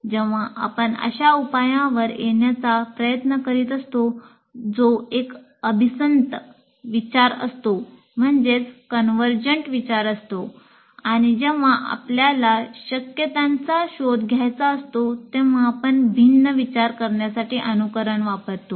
जेव्हा आपण अशा उपायावर येण्याचा प्रयत्न करीत असतो जो एक अभिसंतविचार करण्यासाठी अनुकरण वापरतो